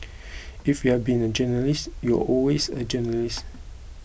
if you've been a journalist you're always a journalist